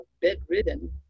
bedridden